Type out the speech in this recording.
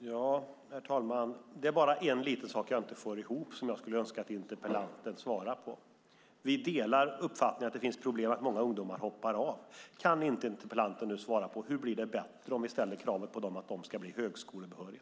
Herr talman! Det är bara en liten sak som jag inte får ihop som jag skulle önska att interpellanten svarade på. Vi delar uppfattningen att det finns problem med att många ungdomar hoppar av. Kan inte interpellanten svara på hur det blir bättre om vi ställer kravet på dem att de ska bli högskolebehöriga?